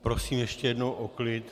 Prosím ještě jednou o klid.